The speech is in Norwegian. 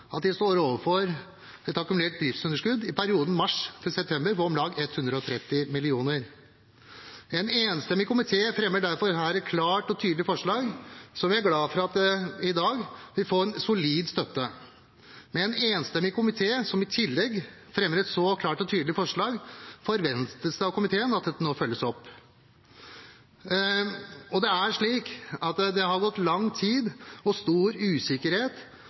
at de står overfor et akkumulert driftsunderskudd i perioden mars–september på om lag 130 mill. kr. En enstemmig komité fremmer derfor et klart og tydelig forslag, som vi er glad for at vi får solid støtte for i dag. Med en enstemmig komité, som i tillegg fremmer et så klart og tydelig forslag, forventes det at dette nå følges opp. Det har gått lang tid og er stor usikkerhet. Vi vet at finanskomiteen har kommet med sitt resultat og